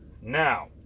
now